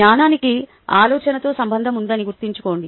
జ్ఞానానికి ఆలోచనతో సంబంధం ఉందని గుర్తుంచుకోండి